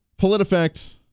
PolitiFact